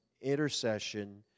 intercession